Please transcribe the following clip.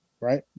right